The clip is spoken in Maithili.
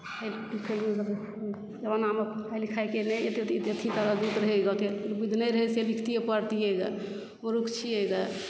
पहिलका जमानामे पढ़ाइ लिखाइके नहि अते तरद्दुत रहय गे अतयसँ बुद्धि नहि रहय से लिखतियै पढ़ितियै गे मुर्ख छियै गे